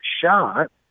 shot